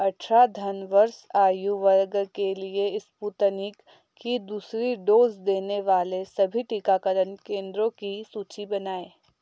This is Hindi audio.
अठारह प्लस वर्ष आयु वर्ग के लिए स्पुतनिक की दूसरी डोज़ देने वाले सभी टीकाकरण केंद्रों की सूचि बनाएँ